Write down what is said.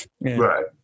Right